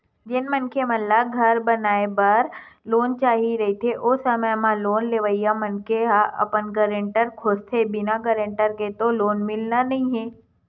जेन मनखे मन ल घर बनाए बर लोन चाही रहिथे ओ समे म लोन लेवइया मनखे ह अपन गारेंटर खोजथें बिना गारेंटर के तो लोन मिलना नइ हे